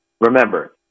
Remember